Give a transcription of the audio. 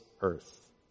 earth